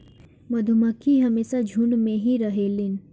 मधुमक्खी हमेशा झुण्ड में ही रहेलीन